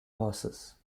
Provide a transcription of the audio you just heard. horses